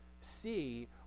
see